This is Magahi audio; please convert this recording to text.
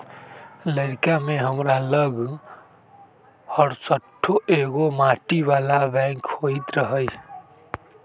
लइरका में हमरा लग हरशठ्ठो एगो माटी बला बैंक होइत रहइ